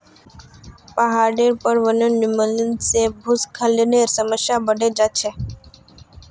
पहाडेर पर वनोन्मूलन से भूस्खलनेर समस्या बढ़े जा छे